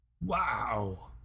Wow